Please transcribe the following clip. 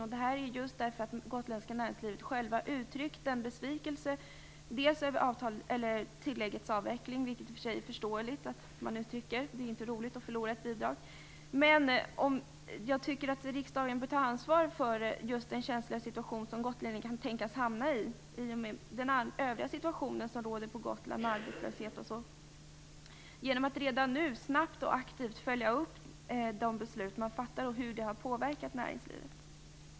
Orsaken är dels att man inom det gotländska näringslivet har uttryckt en besvikelse över tilläggets avveckling, vilket i och för sig är förståeligt - det är inte roligt att förlora ett bidrag - dels att riksdagen bör ta ansvar för det känsliga läge som gotlänningarna kan tänkas hamna i, med tanke på hurdan situationen i övrigt är på Gotland, med arbetslöshet och så. Detta kan ske genom att man redan nu snabbt och aktivt följer upp de beslut som fattas och hur det har påverkat näringslivet.